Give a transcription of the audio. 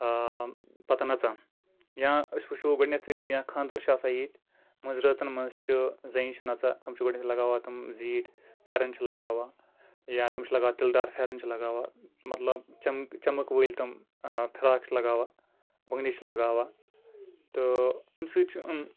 آ پَتہٕ نَژن یا أسۍ وٕچھو گۄڈٕنیتھٕے یا خانٛدر چھُ آسان ییٚتہِ مٲنٛزراتن منٛز چھُ زَنہِ چھےٚ نَژان تِم چھِ گۄڈٕنیتھ لگاوان تِم زیٖٹھ پھیرن چھِ لگاوان یا تِم چھِ لگاوان تِلہٕ دار پھیرن چھِ لگاوان مطلب چَمِک وٲلۍ تِم فِراق چھِ لگاوان بنگرِ چھِ لگاوان تہٕ اَمہِ سۭتۍ چھِ یِم